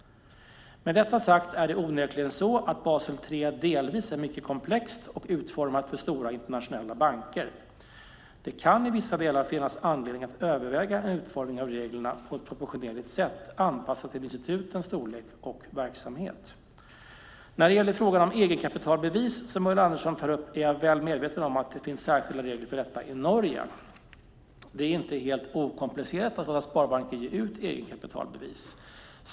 Med detta sagt är det onekligen så att Basel 3 delvis är mycket komplext och utformat för stora internationella banker. Det kan i vissa delar finnas anledning att överväga en utformning av reglerna på ett proportionerligt sätt, anpassat till institutens storlek och verksamhet. När det gäller frågan om egenkapitalbevis, som Ulla Andersson tar upp, är jag väl medveten om att det finns särskilda regler för detta i Norge. Det är inte helt okomplicerat att låta sparbanker ge ut egenkapitalbevis.